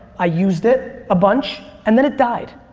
i used it a bunch and then it died.